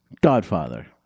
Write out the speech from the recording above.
Godfather